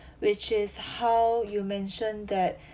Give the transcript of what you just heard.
which is how you mentioned that